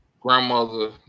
grandmother